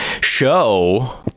show